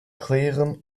kleren